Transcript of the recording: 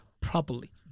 properly